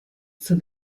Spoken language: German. zur